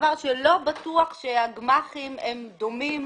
הדבר שלא בטוח שהגמ"חים הם דומים